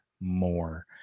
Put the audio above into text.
more